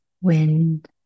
wind